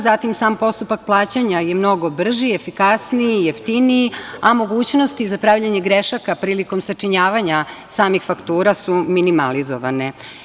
Zatim, sam postupak plaćanja je mnogo brži i efikasniji, jeftiniji, a mogućnosti za pravljenje grešaka prilikom sačinjavanja samih faktura su minimalizovane.